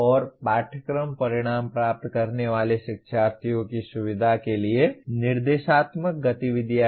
और पाठ्यक्रम परिणाम प्राप्त करने वाले शिक्षार्थियों की सुविधा के लिए निर्देशात्मक गतिविधियाँ